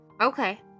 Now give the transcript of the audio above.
Okay